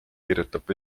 kirjutab